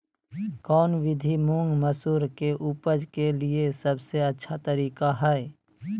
कौन विधि मुंग, मसूर के उपज के लिए सबसे अच्छा तरीका है?